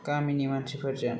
गामिनि मानसिफोरजों